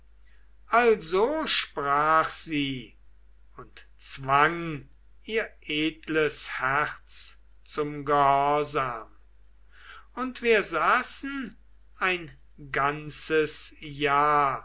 also sprach sie und zwang ihr edles herz zum gehorsam und wir saßen ein ganzes jahr